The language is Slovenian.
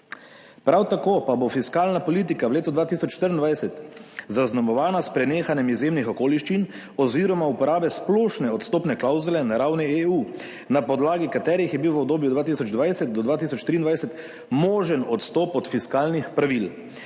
Prav tako pa bo fiskalna politika v letu 2023 zaznamovana s prenehanjem izjemnih okoliščin oziroma uporabe splošne odstopne klavzule na ravni EU, na podlagi katerih je bil v obdobju 2020 do 2023 možen odstop od fiskalnih pravil.